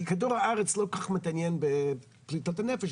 כי כדור הארץ לא כל כך מתעניין בפליטות הנפש,